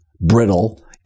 brittle